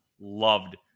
loved